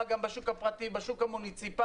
אלא גם בשוק הפרטי ובשוק המוניציפלי.